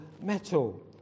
metal